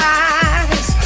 eyes